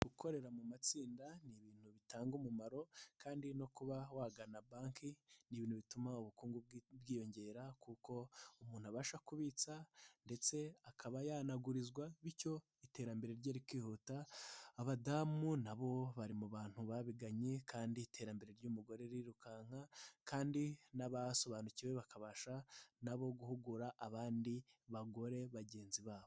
Gukorera mu matsinda ni ibintu bitanga umumaro kandi no kuba wagana banki. Ni ibintu bituma ubukungu bwiyongera kuko umuntu abasha kubitsa ndetse akaba yanagurizwa bityo iterambere rye rikihuta. Abadamu nabo bari mu bantu babiganye kandi iterambere ry'umugore ririrukanka kandi n'abasobanukiwe bakabasha nabo guhugura abandi bagore bagenzi babo.